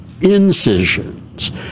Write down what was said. incisions